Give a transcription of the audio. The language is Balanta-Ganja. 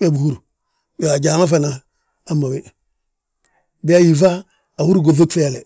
We bihúru, yo ajaa ma fana hamma wi; Biyaa yífa, ahúri guŧi gŧeele.